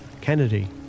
Kennedy